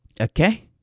okay